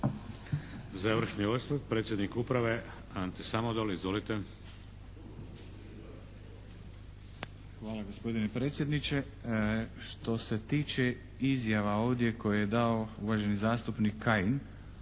Završni osvrt, predsjednik uprave, Ante Samodol. Izvolite. **Samodol, Ante** Hvala gospodine predsjedniče. Što se tiče izjava ovdje koje je dao uvaženi zastupnik Kajin,